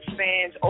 fans